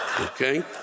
Okay